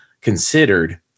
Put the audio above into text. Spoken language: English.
considered